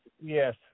Yes